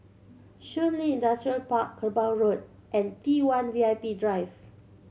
Shun Li Industrial Park Kerbau Road and T One V I P Drive